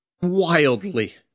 wildly